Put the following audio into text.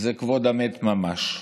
זה כבוד המת ממש.